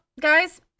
guys